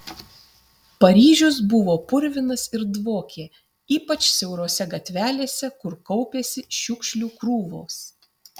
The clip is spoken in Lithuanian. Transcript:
paryžius buvo purvinas ir dvokė ypač siaurose gatvelėse kur kaupėsi šiukšlių krūvos